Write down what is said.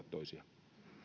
toisiaan